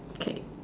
K